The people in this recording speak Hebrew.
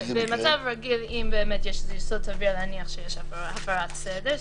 במצב רגיל אם יש יסוד סביר להניח שיש הפרת סדר,